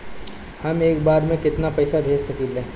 हम एक बार में केतना पैसा भेज सकिला?